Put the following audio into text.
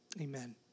Amen